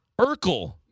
Urkel